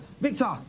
Victor